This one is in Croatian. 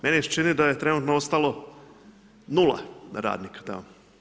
Meni se čini da je trenutno ostalo 0 radnika tamo.